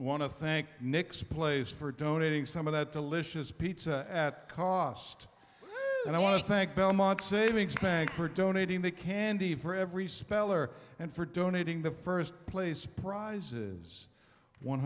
to thank nick's place for donating some of that delicious pizza at cost and i want to thank belmont savings bank for donating the candy for every speller and for donating the first place prizes one